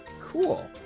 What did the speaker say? cool